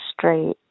straight